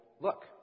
look